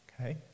okay